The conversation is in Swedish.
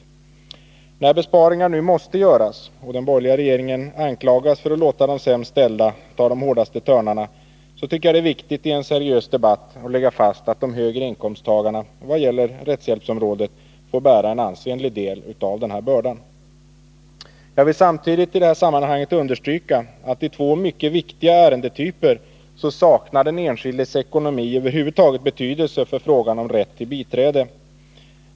statsverksamheten, När besparingar nu måste göras och den borgerliga regeringen anklagas för ,», m. att låta de sämst ställda ta de hårdaste törnarna, tycker jag att det är viktigt att man i en seriös debatt lägger fast att de högre inkomsttagarna, vad gäller rättshjälpsområdet, får bära en ansenlig del av bördan. Jag vill också i detta sammanhang understryka att i två mycket viktiga ärendetyper saknar den enskildes ekonomi över huvud taget betydelse för frågan om rätt till biträde.